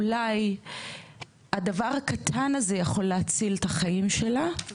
אולי הדבר הקטן הזה יכול להציל את החיים שלה.